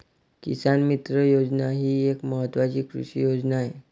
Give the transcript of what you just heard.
किसान मित्र योजना ही एक महत्वाची कृषी योजना आहे